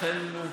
לכן,